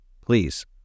please